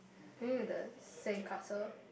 any of the sandcastle